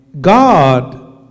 God